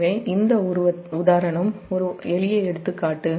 எனவே இந்த உதாரணம் ஒரு எளிய எடுத்துக்காட்டு